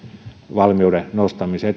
valmiuden nostamiseen